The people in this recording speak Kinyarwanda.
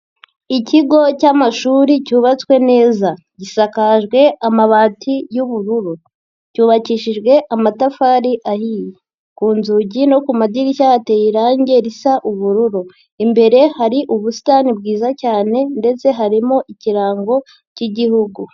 Ikigo cyamashuri cyubatswe neza, gisakajwe amabati y'ubururu, cyubakishijwe amatafari ahiye, ku nzugi no ku madirishya hateye irangi risa ubururu, imbere hari ubusitani bwiza cyane ndetse harimo ikirango cy'igihugu.